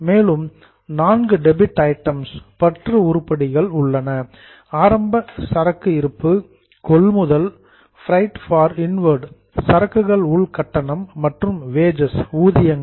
மேலும் நான்கு debit items பற்று உருப்படிகள் உள்ளன ஆரம்ப சரக்கு இருப்பு கொள்முதல் பிரைட் இன்வேர்டு சரக்கு உள் கட்டணங்கள் மற்றும் வேஜஸ் ஊதியங்கள்